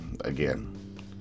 again